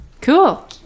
cool